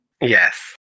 Yes